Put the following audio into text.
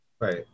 Right